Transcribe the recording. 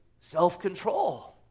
self-control